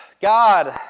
God